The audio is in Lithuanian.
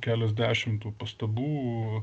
keliasdešimt tų pastabų